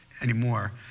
anymore